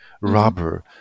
rubber